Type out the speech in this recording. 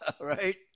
Right